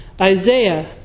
Isaiah